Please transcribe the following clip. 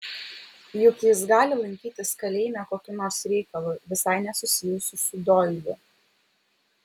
juk jis gali lankytis kalėjime kokiu nors reikalu visai nesusijusiu su doiliu